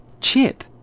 Chip